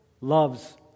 loves